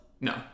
No